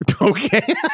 okay